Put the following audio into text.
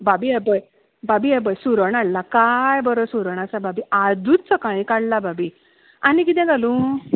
भाभी हें पळय भाभी हें पळय सुरण हाडलां काय बरो सुरण आसा भाभी आजूच सकाळी काडला भाभी आनी कितें घालूं